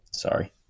Sorry